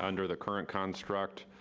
under the current construct.